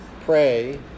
pray